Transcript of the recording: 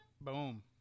Boom